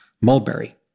mulberry